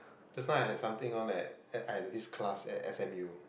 just now I had something on at at I had this class at S_M_U